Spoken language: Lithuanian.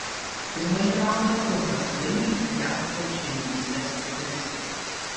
pirmąjį raundą kol kas laimi jav paukštininkystės specialistai